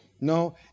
no